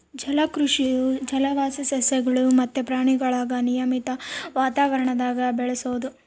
ಜಲಕೃಷಿಯು ಜಲವಾಸಿ ಸಸ್ಯಗುಳು ಮತ್ತೆ ಪ್ರಾಣಿಗುಳ್ನ ನಿಯಮಿತ ವಾತಾವರಣದಾಗ ಬೆಳೆಸೋದು